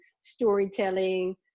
storytelling